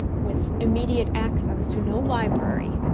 with immediate access to no library,